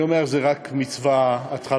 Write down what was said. אני אומר שזו רק מצווה התחלתית.